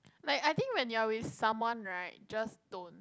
like I think when you are with someone right just don't